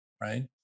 right